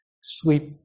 sweep